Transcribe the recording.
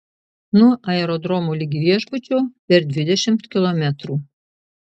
nuo aerodromo ligi viešbučio per dvidešimt kilometrų